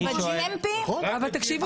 שואל